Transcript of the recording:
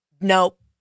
Nope